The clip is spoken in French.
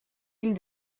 ils